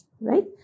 right